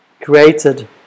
Created